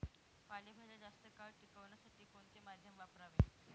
पालेभाज्या जास्त काळ टिकवण्यासाठी कोणते माध्यम वापरावे?